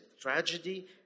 tragedy